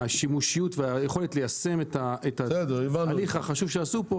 השימושיות והיכולת ליישם את ההליך החשוב שעשו פה,